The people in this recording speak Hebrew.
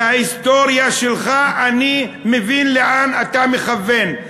מההיסטוריה שלך אני מבין לאן אתה מכוון.